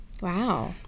Wow